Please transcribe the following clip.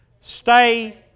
Stay